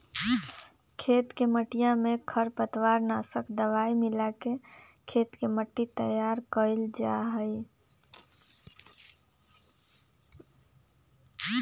खेत के मटिया में खरपतवार नाशक दवाई मिलाके खेत के मट्टी तैयार कइल जाहई